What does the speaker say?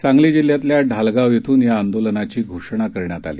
सांगली जिल्ह्यातल्या ढालगाव श्रून या आंदोलनाची घोषणा करण्यात आली